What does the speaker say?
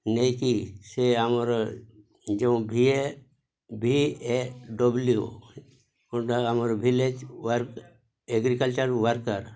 ନେଇକି ସେ ଆମର ଯେଉଁ ଭି ଏ ଭି ଏ ଡବ୍ଲ୍ୟୁଟା ଆମର ଭିଲେଜ୍ ୱାର୍କ୍ ଏଗ୍ରିକାଲଚର୍ ୱାର୍କର୍